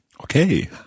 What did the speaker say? Okay